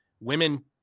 women